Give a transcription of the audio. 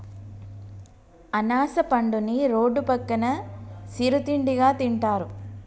అనాస పండుని రోడ్డు పక్కన సిరు తిండిగా తింటారు